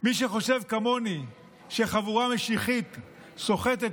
מי שחושב כמוני שחבורה משיחית סוחטת